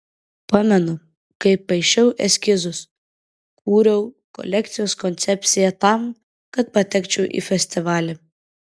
pamenu kaip paišiau eskizus kūriau kolekcijos koncepciją tam kad patekčiau į festivalį